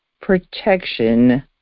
protection